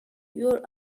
your